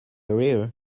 area